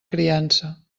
criança